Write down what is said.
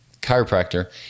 chiropractor